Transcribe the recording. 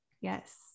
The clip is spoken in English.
Yes